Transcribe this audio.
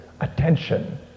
attention